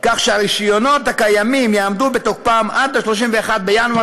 כך שהרישיונות הקיימים יעמדו בתוקפם עד ל-31 בינואר